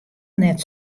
net